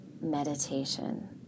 meditation